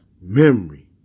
memory